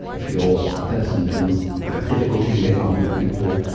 if you're a person who has difficulty in getting on with people,